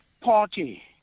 party